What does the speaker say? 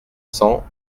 cents